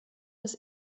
des